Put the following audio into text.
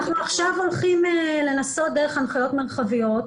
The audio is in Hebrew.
אנחנו עכשיו הולכים לנסות דרך הנחיות מרחביות.